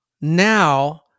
now